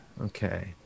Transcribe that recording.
okay